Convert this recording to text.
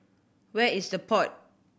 where is The Pod